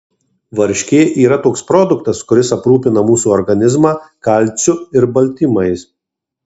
varškė yra toks produktas kuris aprūpina mūsų organizmą kalciu ir baltymais